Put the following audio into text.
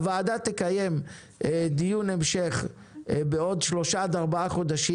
הוועדה תקיים דיון המשך בעוד שלושה עד ארבעה חודשים.